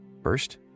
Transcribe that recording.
First